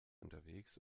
unterwegs